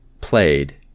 played